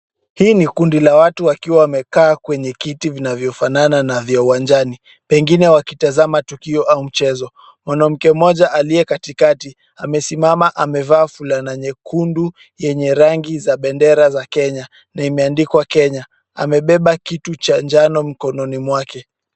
Hii ni kundi la watu wakiwa wamekaa kwenye kiti vinavyofanana na vya uwanjani. Pengine wakitazama tukio au mchezo. Mwanamke mmoja aliye katikati, amesimama, amevaaa fulana nyekundu yenye rangi za bendera za Kenya na imeandikwa Kenya. Amebeba kitu cha njano mkononi mwake.